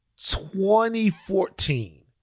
2014